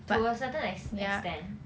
to a certain ex~ extent